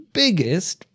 biggest